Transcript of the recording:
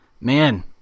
man